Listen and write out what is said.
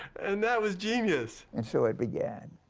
and that was genius. and so it began.